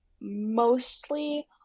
mostly